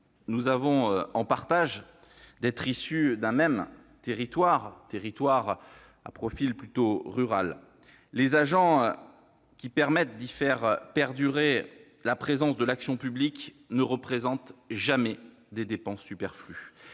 nous avons en partage d'être issus du même territoire à profil plutôt rural. Les agents qui permettent d'y faire perdurer la présence de l'action publique ne représentent jamais des dépenses superflues.